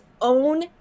own